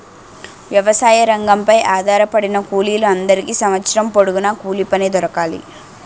వ్యవసాయ రంగంపై ఆధారపడిన కూలీల అందరికీ సంవత్సరం పొడుగున కూలిపని దొరకాలి